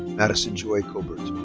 madyson joy cobert.